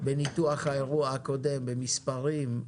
בניתוח האירוע הקודם במספרים,